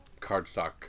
cardstock